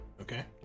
Okay